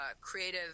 creative